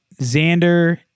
Xander